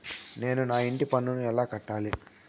నేను నా ఇంటి పన్నును ఎలా కట్టాలి?